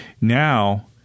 now